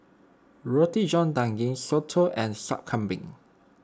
Roti John Daging Soto and Sup Kambing